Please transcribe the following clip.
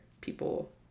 people